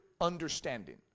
understanding